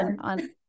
on